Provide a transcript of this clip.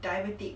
diabetic